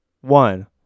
One